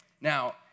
Now